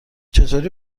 چطور